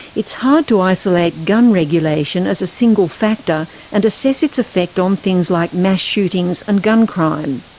it's hard to isolate gun regulation as a single factor and assess its effect on things like mass shootings and gun crime.